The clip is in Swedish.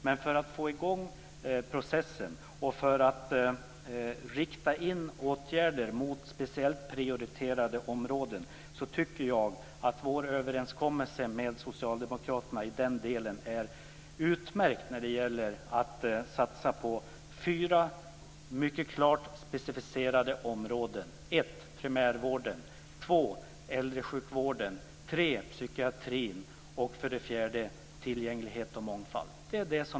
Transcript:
Men för att få i gång processen och för att rikta in åtgärder mot speciellt prioriterade områden är, tycker jag, vår överenskommelse med socialdemokraterna i den delen utmärkt. Det gäller då satsningar på fyra mycket klart specificerade områden: 4. tillgänglighet och mångfald.